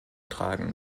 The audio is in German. tragen